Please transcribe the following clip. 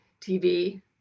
TV